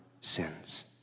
sins